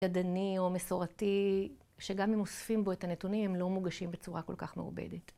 ידני או מסורתי, שגם אם אוספים בו את הנתונים הם לא מוגשים בצורה כל כך מעובדת.